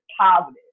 positive